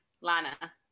lana